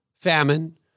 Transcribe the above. famine